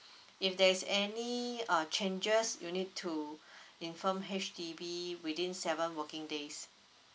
if there's any uh changes you need to inform H_D_B within seven working days